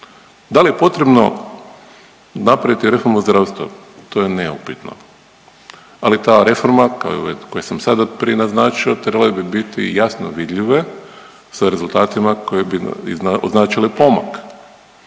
Da li je potrebno napraviti reformu zdravstva? To je neupitno ali ta reforma kao i ove koje sam sada prije naznačio trebale bi biti jasno vidljive sa rezultatima koje bi označile pomak.